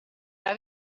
era